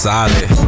Solid